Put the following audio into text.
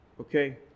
Okay